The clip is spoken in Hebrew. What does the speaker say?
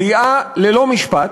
כליאה ללא משפט,